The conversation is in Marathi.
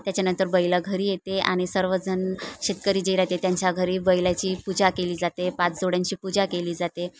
त्याच्यानंतर बैलं घरी येते आणि सर्वजण शेतकरी जे राहाते त्यांच्या घरी बैलाची पूजा केली जाते पाच जोड्यांची पूजा केली जाते